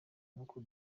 kuko